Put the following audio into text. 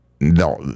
no